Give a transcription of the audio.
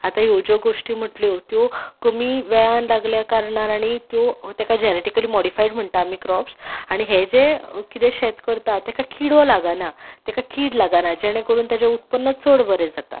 आतां ह्यो ज्यो गोश्टी म्हणल्यो त्यो कमी वेळान लागल्या कारणान आनी त्यो ताका जेनेटिकली मोडिफायड म्हणटा आमी क्रॉप्स आनी हे जे किदें शेत करता ताका किडो लागना ताका कीड लागना जेणे करून ताजें उत्पन्न चड बरें जाता